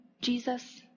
Jesus